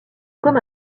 comme